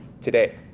today